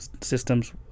systems